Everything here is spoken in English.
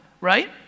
right